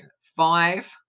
five